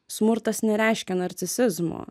smurtas nereiškia narcisizmo